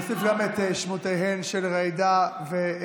אני מוסיף את שמותיהם של ג'ידא זועבי,